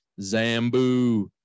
Zambu